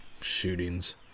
shootings